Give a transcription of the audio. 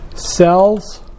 cells